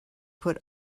put